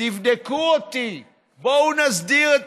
תבדקו אותי, בואו נסדיר את